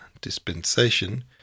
dispensation